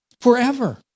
Forever